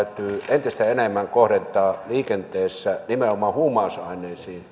entistä enemmän kohdentaa liikenteessä valvontaa nimenomaan huumausaineisiin